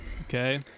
Okay